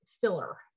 filler